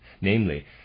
namely